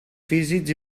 físics